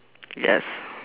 yes